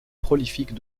prolifiques